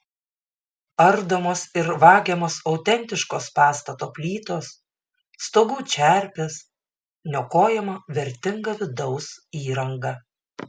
ardomos ir vagiamos autentiškos pastato plytos stogų čerpės niokojama vertinga vidaus įranga